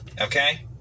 okay